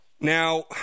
Now